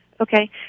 Okay